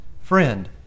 Friend